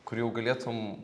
kur jau galėtum